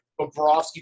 Bobrovsky